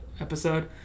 episode